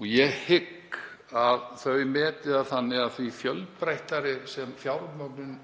er. Ég hygg að þau meti það þannig að því fjölbreyttari sem fjármögnun